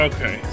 Okay